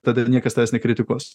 tada niekas tavęs nekritikuos